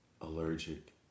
allergic